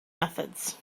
methods